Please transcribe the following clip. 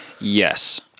Yes